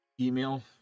email